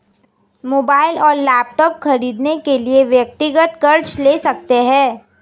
mobile और laptop खरीदने के लिए व्यक्तिगत कर्ज ले सकते है